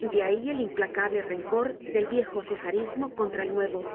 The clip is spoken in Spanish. de ahí el implacable rencor del viejo cesarismo contra el nuevo